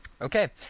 Okay